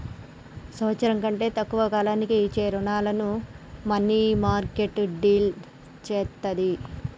సంవత్సరం కంటే తక్కువ కాలానికి ఇచ్చే రుణాలను మనీమార్కెట్ డీల్ చేత్తది